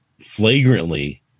flagrantly